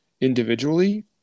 individually